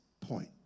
point